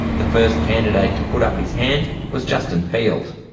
the first candidate to put up his hand was justin field.